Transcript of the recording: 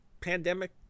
pandemic